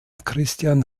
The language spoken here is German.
christian